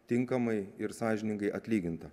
tinkamai ir sąžiningai atlyginta